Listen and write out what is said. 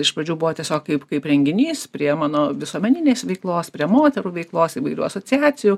iš pradžių buvo tiesiog kaip kaip renginys prie mano visuomeninės veiklos prie moterų veiklos įvairių asociacijų